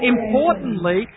Importantly